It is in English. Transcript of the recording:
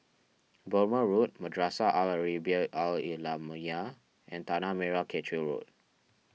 Burmah Road Madrasah Al Arabiah Al Islamiah and Tanah Merah Kechil Road